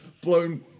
blown